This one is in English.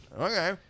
Okay